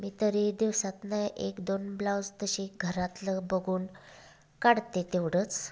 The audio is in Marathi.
मी तरी दिवसातनं एकदोन ब्लाउज तसे घरातलं बघून काढते तेवढंच